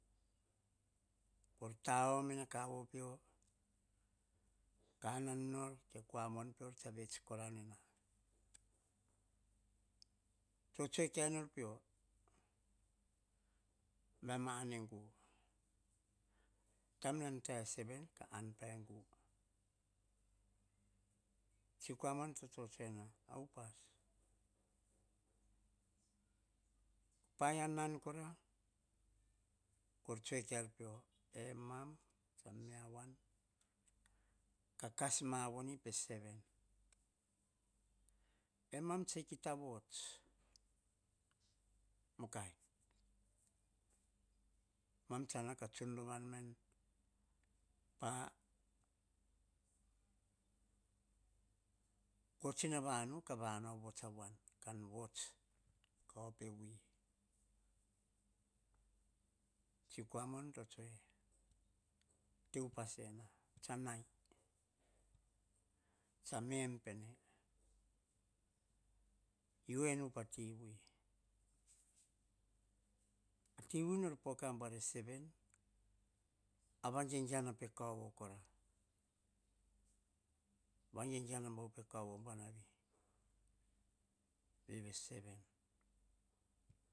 Voro taho mene kauvo pio ka anan ror, ke kua mon pior tsa vets rova na. To tsue kai nor pio, baim ma an e gu. Taim nan ta e seven ka an pa e gu. Tsi kua mon to to tsue na, a upas. Paia nan kora, ko tsue kauir pio, emam tsa me a wan ka kas ma voni pe seven. Emam tsi kia ta vots, mukai, mam tsa nau ka tsun rova nom pa kotsi na vanu ka vavots a wan. Kan vots ka op e wi. Tsi kua mon to tsue, te upas sena tsa nai, tsa me em pene. Yiu en einu peti wi. Ti wi nor poka ambuar e seven, a vagegiana pe kauvo kora, vangegiana bua pe kauvo bau buanavi ve seven.